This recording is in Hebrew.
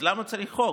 אז למה צריך חוק?